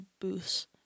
booths